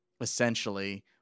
essentially